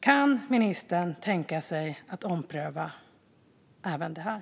Kan ministern tänka sig att ompröva även detta?